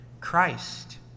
Christ